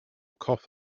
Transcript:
cough